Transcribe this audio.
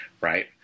Right